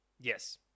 yes